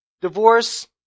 Divorce